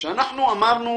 ואני רוצה להזכיר לכם שאמרנו